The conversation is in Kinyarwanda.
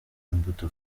imbuto